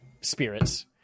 spirits